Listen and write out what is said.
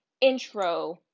intro